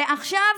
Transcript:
ועכשיו,